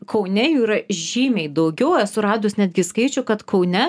kaune jų yra žymiai daugiau esu radus netgi skaičių kad kaune